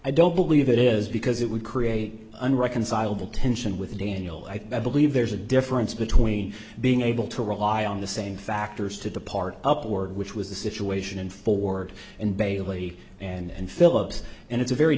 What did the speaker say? i don't believe it is because it would create unreconcilable tension with daniel i believe there's a difference between being able to rely on the same factors to depart upward which was the situation in ford and bailey and phillips and it's a very